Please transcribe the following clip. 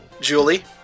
Julie